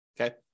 Okay